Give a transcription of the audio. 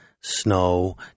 snow